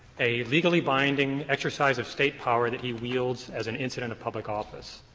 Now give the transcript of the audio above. a legally binding exercise of state power that he wields as an incident of public office.